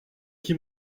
qui